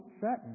certain